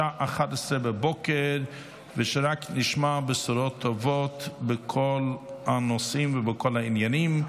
בשעה 11:00. שרק נשמע בשורות טובות בכל הנושאים ובכל העניינים.